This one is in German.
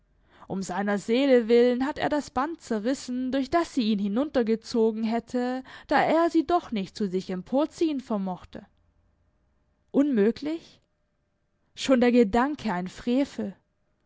um seiner seele willen hat er das band zerrissen durch das sie ihn hinuntergezogen hätte da er sie doch nicht zu sich emporzuziehen vermochte unmöglich schon der gedanke ein frevel